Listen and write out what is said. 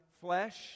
flesh